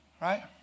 right